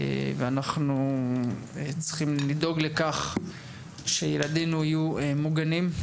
ואנחנו צריכים לדאוג לכף שילדינו יהיו מוגנים,